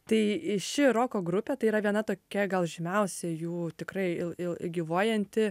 tai ši roko grupė tai yra viena tokia gal žymiausia jų tikrai il il gyvuojanti